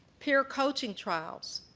peer coaching trials.